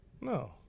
No